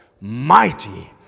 mighty